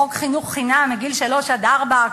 חוק חינוך חינם מגיל שלוש עד ארבע,